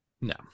no